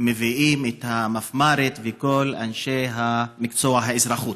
את המפמ"רית ואת כל אנשי מקצוע האזרחות,